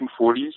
1940s